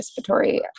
participatory